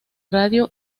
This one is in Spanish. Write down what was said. radio